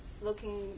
looking